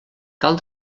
cal